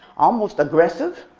almost aggressive.